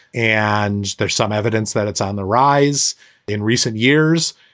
and there's some evidence that it's on the rise in. recent years,